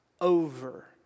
over